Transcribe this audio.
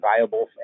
viable